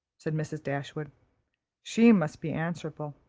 said mrs. dashwood she must be answerable.